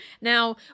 Now